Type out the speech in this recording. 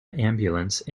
ambulance